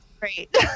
Great